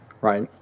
right